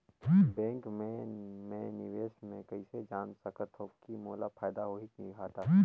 Bank मे मैं निवेश मे कइसे जान सकथव कि मोला फायदा होही कि घाटा?